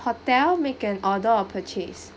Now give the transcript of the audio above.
hotel make an order or purchase